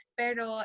pero